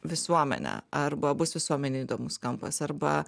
visuomenę arba bus visuomenei įdomus kampas arba